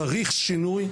צריך שינוי,